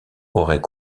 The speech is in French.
aurait